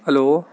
hello